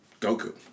Goku